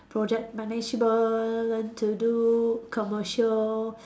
project management learn to do commercial